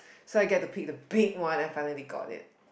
so I get to pick the big one and I finally got it